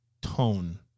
tone